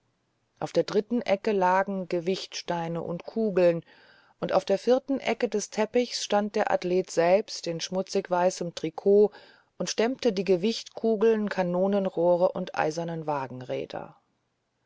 auf der dritten ecke lagen gewichtsteine und kugeln und auf der vierten ecke des teppichs stand der athlet selbst in schmutzig weißem trikot und stemmte die gewichtkugeln kanonenrohre und eisernen